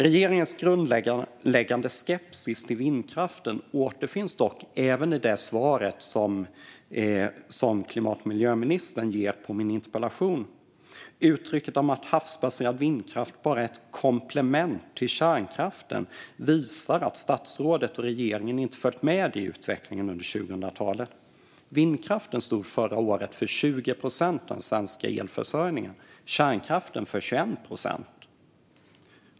Regeringens grundläggande skepsis till vindkraften återfinns dock även i det svar som klimat och miljöministern ger på min interpellation. Uttrycket om att havsbaserad vindkraft bara är ett komplement till kärnkraften visar att statsrådet och regeringen inte har följt med i utvecklingen under 2000-talet. Vindkraften stod förra året för 20 procent av den svenska elförsörjningen. Kärnkraften stod för 29 procent.